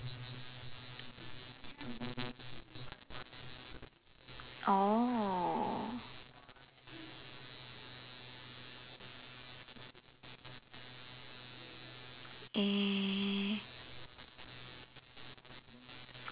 oh err